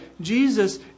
Jesus